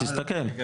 תסתכל,